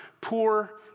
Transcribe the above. poor